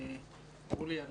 אורלי על